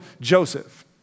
Joseph